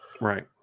Right